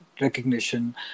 recognition